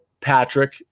Patrick